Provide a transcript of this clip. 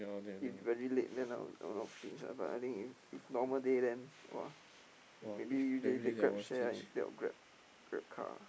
if very late then I will I will not stinge ah but I think if if normal day then !wah! maybe usually take GrabShare ah instead of Grab GrabCar